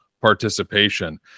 participation